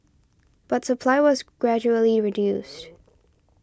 but supply was gradually reduced